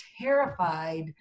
terrified